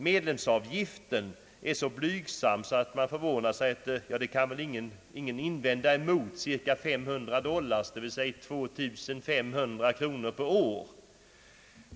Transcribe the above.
Medlemsavgiften är så blygsam att man förvånas, och ingen kan väl invända emot den — cirka 500 dollar, dvs. 2 500 kronor per år.